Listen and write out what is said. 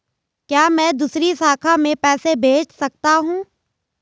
क्या मैं दूसरी शाखा में पैसे भेज सकता हूँ?